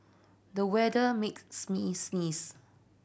the weather make sneeze